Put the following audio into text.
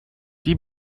die